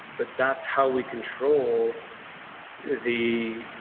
but that's how we control the